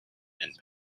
and